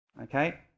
okay